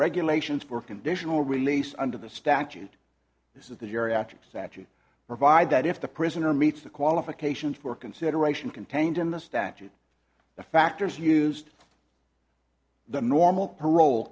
regulations for conditional release under the statute this is that your actions that you provide that if the prisoner meets the qualifications for consideration contained in the statute the factors used the normal parole